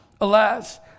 Alas